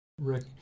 Rick